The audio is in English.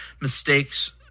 mistakes